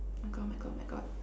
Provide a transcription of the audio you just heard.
my God my God my God